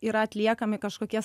yra atliekami kažkokie